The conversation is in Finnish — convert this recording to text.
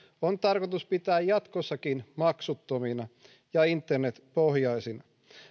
on tarkoitus pitää jatkossakin maksuttomina ja internetpohjaisina